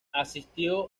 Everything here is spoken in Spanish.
asistió